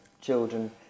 children